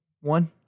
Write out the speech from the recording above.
One